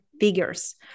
figures